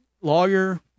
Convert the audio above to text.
lawyer